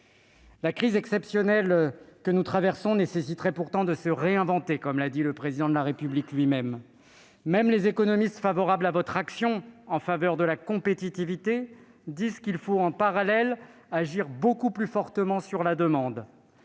La crise exceptionnelle que nous traversons nécessite pourtant de se réinventer, comme l'a dit lui-même le Président de la République. Même les économistes favorables à votre action en faveur de la compétitivité indiquent qu'il faut, en parallèle, agir beaucoup plus fortement sur la demande.